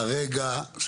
רגע.